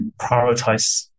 prioritize